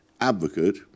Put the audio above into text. advocate